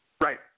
Right